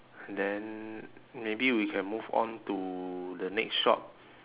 and then maybe we can move on to the next shop